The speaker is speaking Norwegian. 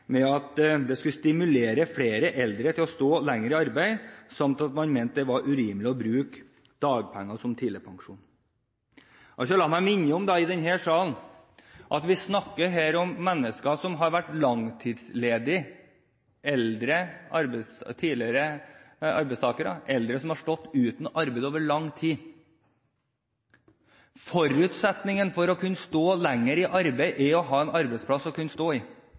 med at det skulle stimulere flere eldre til å stå lenger i arbeid samt at man mente det var urimelig å bruke dagpenger som tidligpensjon. La meg i denne salen minne om at vi her snakker om mennesker som har vært langtidsledige, tidligere arbeidstakere – eldre som har stått uten arbeid over lang tid. Forutsetningen for å kunne stå lenger i arbeid er å ha arbeid å kunne stå i.